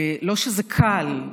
לא שזה קל,